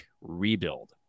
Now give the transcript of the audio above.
rebuild